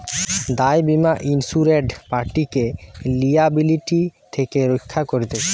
দায় বীমা ইন্সুরেড পার্টিকে লিয়াবিলিটি থেকে রক্ষা করতিছে